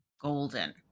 golden